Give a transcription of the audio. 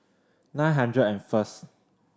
nine hundred and first